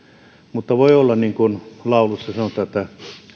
mutta voi olla niin kuin laulussa sanotaan että